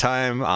Time